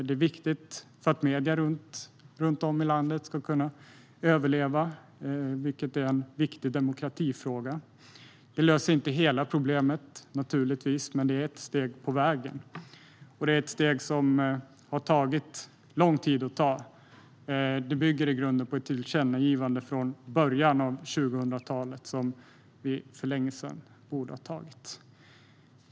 Det är viktigt för att medierna runt om i landet ska kunna överleva, vilket är en viktig demokratifråga. Det löser naturligtvis inte hela problemet, men det är ett steg på vägen. Det är ett steg som har tagit lång tid att ta. Det bygger i grunden på ett tillkännagivande från början av 2000-talet som vi borde ha fattat beslut om för länge sedan.